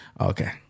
Okay